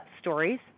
stories